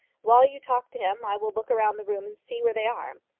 while you talk to him i will look round the room and see where they are.